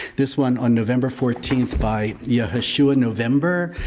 this one on november fourteenth by yehoshua november.